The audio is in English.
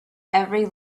every